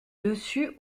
dessus